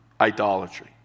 idolatry